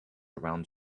around